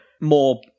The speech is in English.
more